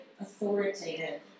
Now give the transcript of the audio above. Authoritative